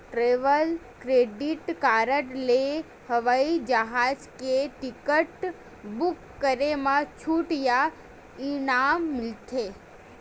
travel credit card ले हवई जहाज के टिकट बूक करे म छूट या इनाम मिलथे